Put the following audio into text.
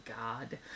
god